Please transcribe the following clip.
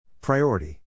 Priority